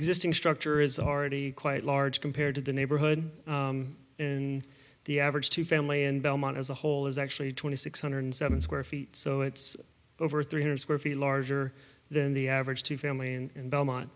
existing structure is already quite large compared to the neighborhood in the average two family in belmont as a whole is actually twenty six hundred seven square feet so it's over three hundred square feet larger than the average two family and belmont